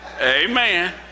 Amen